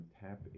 tap